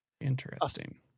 Interesting